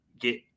get